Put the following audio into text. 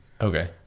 Okay